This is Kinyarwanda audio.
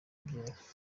ibyera